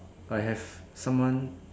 I have someone